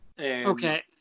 Okay